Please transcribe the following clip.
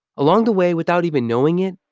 along the way, without even knowing it,